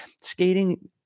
Skating